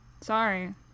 Sorry